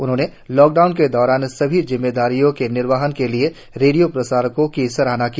उन्होंने लॉकडाउन के दौरान भी जिम्मेदारियों के निर्वहन के लिए रेडियो प्रसारकों की सराहना की